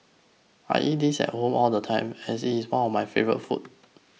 I eat this at home all the time as it is one of my favourite foods